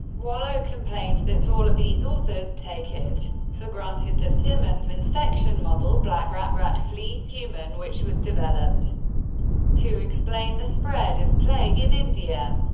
walloe complains that all of these authors take it for granted that simond's infection model, black rat rat flea human, which was developed to explain the spread of plague in india,